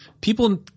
people